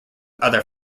other